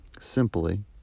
simply